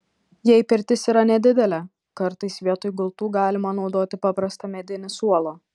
jei pirtis yra nedidelė kartais vietoj gultų galima naudoti paprastą medinį suolą